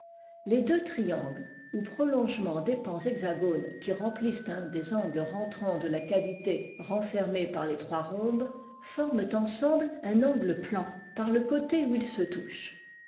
les deux triangles ou prolongements des pans hexagones qui remplissent un des angles rentrants de la cavité renfermée par les trois rhombes forment ensemble un angle plan par le côté où ils se touchent